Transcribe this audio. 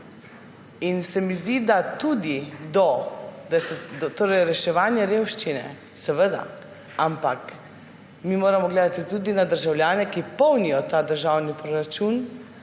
Zdi se mi, da reševanje revščine – seveda, ampak mi moramo gledati tudi na državljane, ki polnijo ta državni proračun.